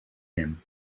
him